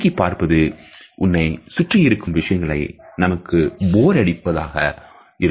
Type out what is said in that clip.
சுருக்கிப் பார்ப்பது உன்னைச் சுற்றியிருக்கும் விஷயங்கள் நமக்கு போர் அடிப்பதாக இருப்பதை குறிக்கும்